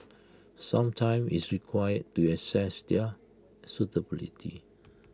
some time is required to assess their suitability